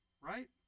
right